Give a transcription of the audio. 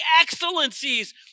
excellencies